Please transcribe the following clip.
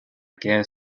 guerre